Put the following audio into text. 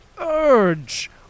urge